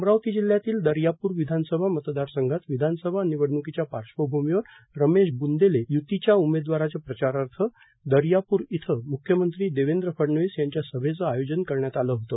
अमरावती जिल्ह्यातील दर्यापूर विधानसभा मतदार संघात विधानसभा निवडण्कीच्या पार्श्वभूमीवर रमेश बंदेले य्तीच्या उमेदवाराच्या प्रचारार्थ दर्यापूर येथे म्खमंत्री देवेंद्र फडणवीस यांच्या सभेचे आयोजन करण्यात आले होते